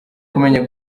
kumenya